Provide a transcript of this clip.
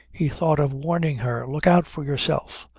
he thought of warning her look out for yourself.